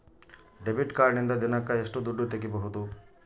Debit ಕಾರ್ಡಿನಿಂದ ದಿನಕ್ಕ ಎಷ್ಟು ದುಡ್ಡು ತಗಿಬಹುದು?